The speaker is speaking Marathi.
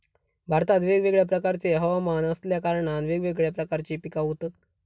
भारतात वेगवेगळ्या प्रकारचे हवमान असल्या कारणान वेगवेगळ्या प्रकारची पिका होतत